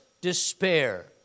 despair